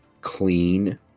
clean